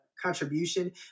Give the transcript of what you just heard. contribution